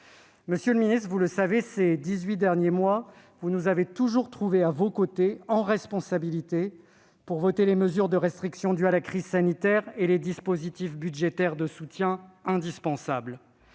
Monsieur le ministre- vous le savez -, ces dix-huit derniers mois, vous nous avez toujours trouvés à vos côtés pour voter en responsabilité les mesures de restriction dues à la crise sanitaire et les dispositifs budgétaires de soutien indispensables.